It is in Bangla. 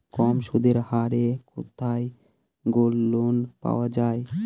কম সুদের হারে কোথায় গোল্ডলোন পাওয়া য়ায়?